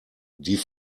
die